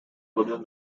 within